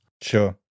Sure